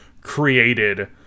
created